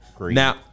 now